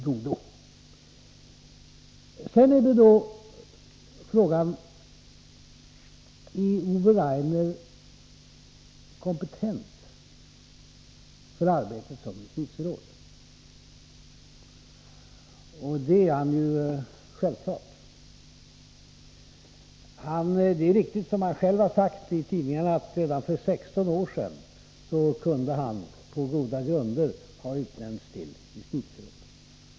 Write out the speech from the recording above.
Sedan har vi då frågan: Är Ove Rainer kompetent för arbetet som justitieråd? Det är han självfallet. Det är riktigt, som han själv har sagt i tidningarna, att redan för 16 år sedan kunde han på goda grunder ha utnämnts till justitieråd.